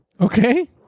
Okay